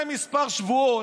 לפני כמה שבועות